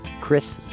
Chris